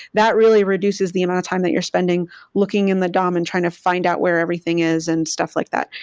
that really reduces the amount of time that you are spending looking at the dom and trying to find out where everything is and stuff like that.